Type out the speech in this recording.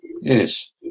Yes